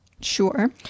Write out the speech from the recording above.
sure